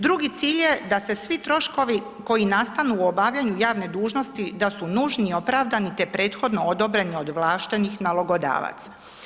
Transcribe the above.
Drugi cilj je da se svi troškovi koji nastanu u obavljanju javne dužnosti, da su nužni i opravdani te prethodno odobreni od ovlaštenih nalogodavaca.